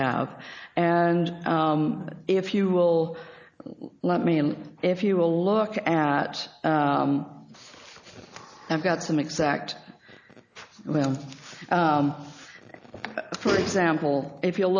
have and if you will let me and if you will look at i've got some exact well for example if you